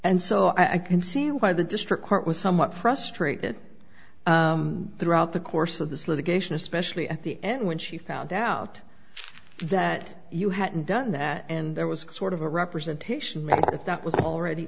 and so i can see why the district court was somewhat frustrated throughout the course of this litigation especially at the end when she found out that you hadn't done that and there was sort of a representation that was already